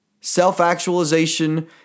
Self-actualization